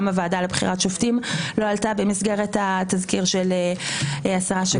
גם הוועדה לבחירת שופטים לא עלתה במסגרת התזכיר של השרה שקד,